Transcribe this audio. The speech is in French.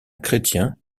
chrétien